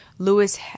Lewis